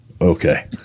okay